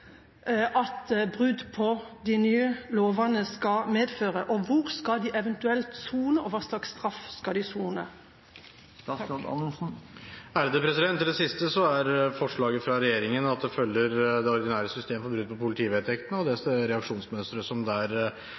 at brudd på de nye lovene skal medføre, hvor skal de eventuelt sone og hva slags straff skal de sone? Når det gjelder det siste, er forslaget fra regjeringen at det følger det ordinære systemet for brudd på politivedtektene og det reaksjonsmønsteret som